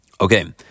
Okay